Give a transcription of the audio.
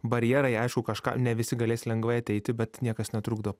barjerai aišku kažką ne visi galės lengvai ateiti bet niekas netrukdo